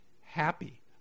happy